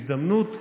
הזדמנות,